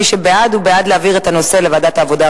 מי שבעד הוא בעד להעביר את הנושא לוועדת העבודה,